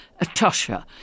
Atosha